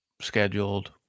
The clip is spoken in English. scheduled